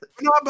no